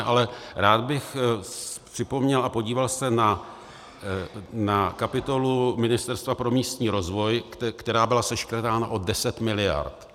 Ale rád bych připomněl a podíval se na kapitolu Ministerstva pro místní rozvoj, která byla seškrtána o 10 mld.